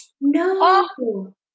No